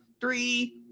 three